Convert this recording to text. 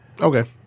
Okay